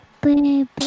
Baby